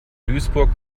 duisburg